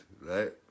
right